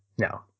no